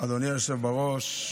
אדוני היושב-ראש.